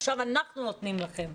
עכשיו אנחנו נותנים לכם.